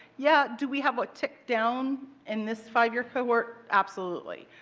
yeah do we have a tick down in this five-year cohort? absolutely.